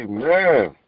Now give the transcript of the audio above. Amen